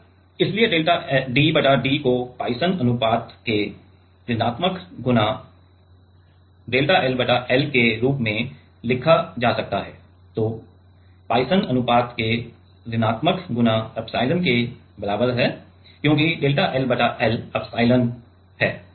अब इसलिए delta D बटा D को पॉइसन अनुपात के ऋण गुणा डेल्टा L बटा L के रूप में लिखा जा सकता है जो पॉइसन अनुपात के ऋण गुणा एप्सिलॉन के बराबर है क्योंकि डेल्टा L बटा L एप्सिलॉन है